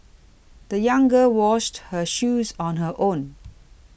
the young girl washed her shoes on her own